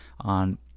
on